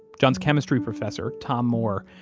john's chemistry professor, tom moore,